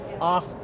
off